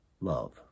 love